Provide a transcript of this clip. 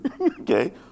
okay